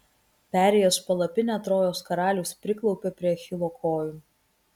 perėjęs palapinę trojos karalius priklaupia prie achilo kojų